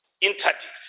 interdict